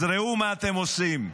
אז ראו מה אתם עושים.